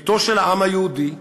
ביתו של העם היהודי,